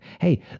hey